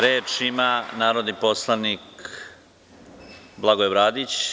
Reč ima narodni poslanik Blagoje Bradić.